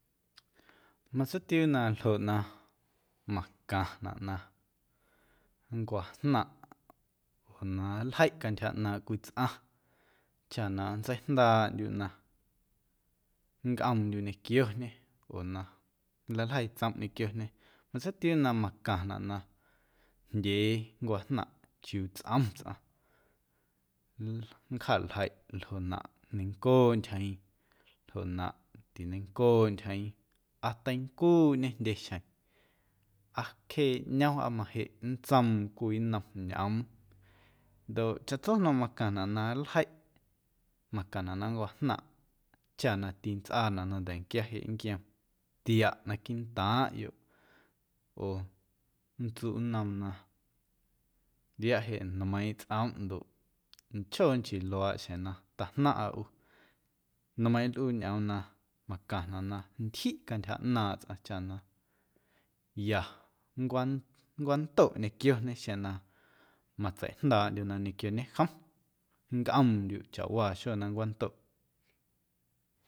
Matseitiuu na ljoꞌ na macaⁿnaꞌ na nncwajnaⁿꞌ oo na nljeiꞌ cantyja ꞌnaaⁿꞌ cwii tsꞌaⁿ chaꞌ na nntseijndaaꞌndyuꞌ na nncꞌoomndyuꞌ ñequioñê oo na nleiljeii tsomꞌ ñequioñê matseitiuu na macaⁿnaꞌ na jndyee nncwajnaⁿꞌ chiuu tsꞌom tsꞌaⁿ nncjaaljeiꞌ ljoꞌnaꞌ neiⁿncooꞌ ntyjeeⁿ, ljoꞌnaꞌ tineiⁿncooꞌ ntyjeeⁿ aa teincuuꞌñê jndye xjeⁿ aa cjee ꞌñom aa majeꞌ nntsoom cwii nnom ñꞌoom ndoꞌ chaꞌtso na macaⁿnaꞌ na nljeiꞌ macaⁿnaꞌ na nncwajnaⁿꞌ chaꞌ na tintsꞌaanaꞌ na nda̱nquia jeꞌ nnquiom tiaꞌ naquiiꞌntaaⁿꞌyoꞌ oo nntsuꞌ nnoom na ntꞌiaꞌ jeꞌ nmeiiⁿꞌ tsꞌomꞌ ndoꞌ meiⁿchjoo nchii luaaꞌ xjeⁿ na tajnaⁿꞌa ꞌu. Nmeiⁿꞌ nlꞌuu ñꞌoom na macaⁿnaꞌ na ntyjiꞌ cantyja ꞌnaaⁿꞌ tsꞌaⁿ chaꞌ na ya nncwa nncwandoꞌ ñequioñê xeⁿ na matseiꞌjndaaꞌndyuꞌ na ñequioñe jom nncꞌoomndyuꞌ chawaa xuee na nncwandoꞌ.